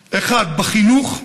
בהם: החינוך,